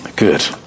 Good